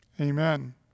Amen